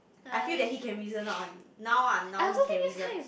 I feel that he can reason out one now ah now he can reason